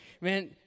man